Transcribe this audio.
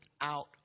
out